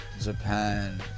Japan